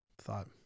thought